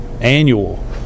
annual